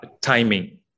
timing